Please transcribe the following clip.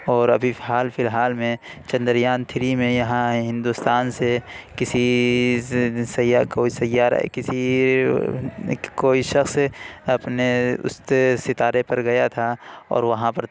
اور ابھی حال فی الحال میں چندریان تھری میں یہاں ہندوستان سے کسی سے سیا کوئی سیارہ ہے کسی ایک کوئی شخص اپنے اس ستارے پر گیا تھا اور وہاں پر